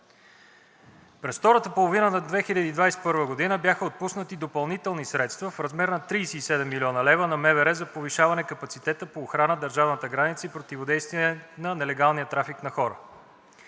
През втората половина на 2021 г. на МВР бяха отпуснати допълнителни средства в размер на 37 млн. лв. за повишаване капацитета по охрана на държавната граница и противодействие на нелегалния трафик на хора.